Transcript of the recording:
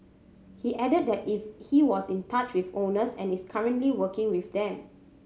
he added that it he was in touch with owners and is currently working with them